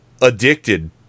addicted